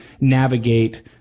navigate